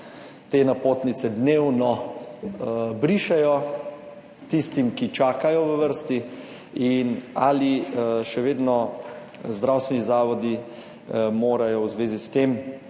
te napotnice dnevno brišejo tistim, ki čakajo v vrsti, in ali še vedno zdravstveni zavodi morajo v zvezi s tem